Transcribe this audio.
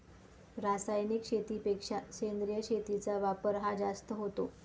रासायनिक शेतीपेक्षा सेंद्रिय शेतीचा वापर हा जास्त होतो